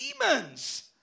demons